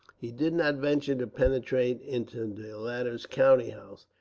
he did not venture to penetrate into the latter's counting house,